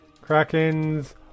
Kraken's